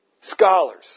scholars